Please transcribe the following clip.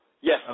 Yes